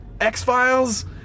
X-Files